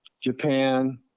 Japan